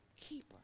keeper